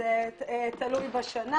זה תלוי בשנה.